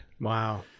Wow